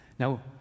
Now